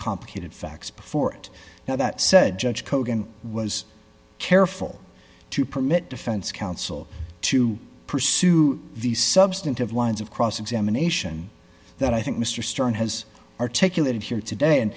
complicated facts before it now that said judge kogan was careful to permit defense counsel to pursue the substantive lines of cross examination that i think mr stern has articulated here today and